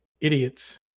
idiots